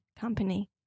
company